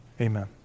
Amen